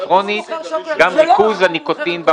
--- דוד, דוד,